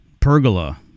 Pergola